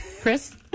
Chris